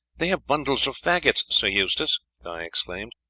they have bundles of faggots, sir eustace! guy exclaimed.